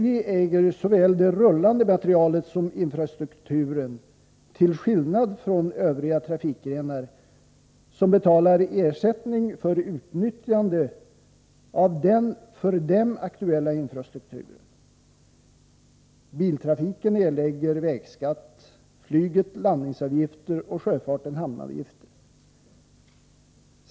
SJ äger såväl det rullande materialet som infrastrukturen — till skillnad från Övriga trafikgrenar, som betalar ersättning för utnyttjandet av den för dem aktuella infrastrukturen. Biltrafiken erlägger vägskatt, flyget landningsavgifter och sjöfarten hamnavgifter.